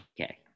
Okay